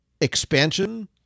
expansion